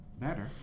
better